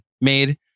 made